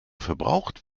verbraucht